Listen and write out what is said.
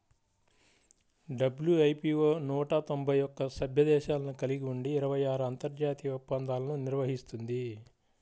WIPO నూట తొంభై ఒక్క సభ్య దేశాలను కలిగి ఉండి ఇరవై ఆరు అంతర్జాతీయ ఒప్పందాలను నిర్వహిస్తుంది